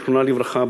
זיכרונה לברכה,